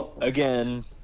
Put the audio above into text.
again